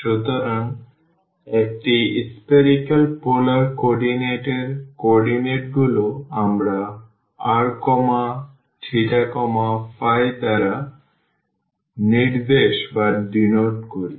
সুতরাং একটি spherical polar coordinate এর কোঅর্ডিনেটগুলি আমরা rθϕ দ্বারা নির্দেশ করি